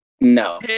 No